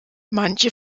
manche